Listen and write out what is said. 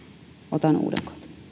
otan uuden